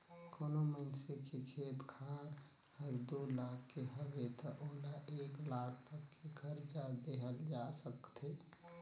कोनो मइनसे के खेत खार हर दू लाख के हवे त ओला एक लाख तक के करजा देहल जा सकथे